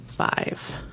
Five